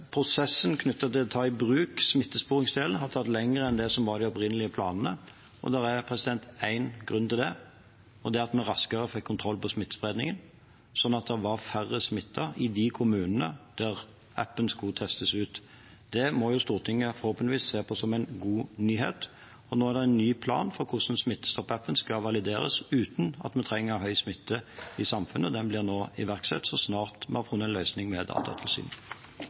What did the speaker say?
prosessen knyttet til å ta i bruk smittesporingsdelen har tatt lengre tid enn det som var de opprinnelige planene. Det er én grunn til det, og det er at vi raskere fikk kontroll på smittespredningen, slik at det var færre smittede i de kommunene der appen skulle testes ut. Det må Stortinget forhåpentligvis se på som en god nyhet. Og nå er det en ny plan for hvordan Smittestopp-appen skal valideres uten at vi trenger høy smitte i samfunnet. Den blir nå iverksatt så snart vi har funnet en løsning med Datatilsynet.